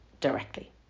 directly